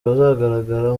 bazagaragara